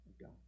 God